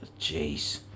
Jeez